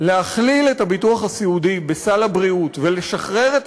להכליל את הביטוח הסיעודי בסל הבריאות ולשחרר את